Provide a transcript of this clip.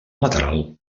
lateral